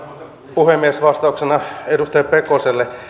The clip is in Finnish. puhemies vastauksena edustaja pekoselle